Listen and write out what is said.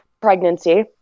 pregnancy